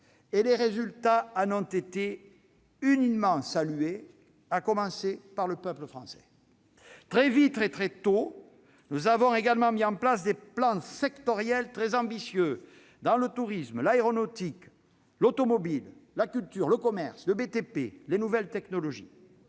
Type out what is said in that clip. ; ses résultats ont été salués par tous, à commencer par le peuple français. Très vite et très tôt, nous avons également mis en place des plans sectoriels très ambitieux dans le tourisme, l'aéronautique, l'automobile, la culture, le commerce, le bâtiment et les